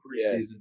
preseason